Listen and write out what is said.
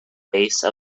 base